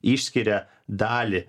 išskiria dalį